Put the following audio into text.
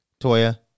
Toya